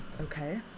Okay